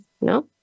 no